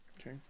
okay